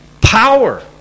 power